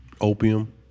opium